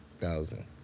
Thousand